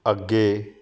ਅੱਗੇ